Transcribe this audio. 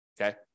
okay